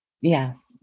Yes